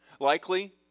Likely